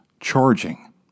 charging